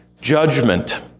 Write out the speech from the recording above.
judgment